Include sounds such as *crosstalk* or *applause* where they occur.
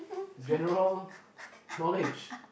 general *breath* knowledge